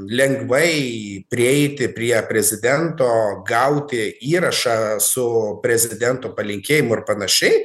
lengvai prieiti prie prezidento gauti įrašą su prezidento palinkėjimu ir panašiai